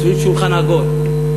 סביב שולחן עגול.